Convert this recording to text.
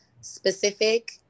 specific